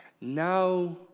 now